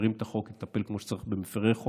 וכשמפירים את החוק תטפל כמו שצריך במפירי החוק.